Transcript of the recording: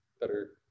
better